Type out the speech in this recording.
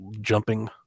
jumping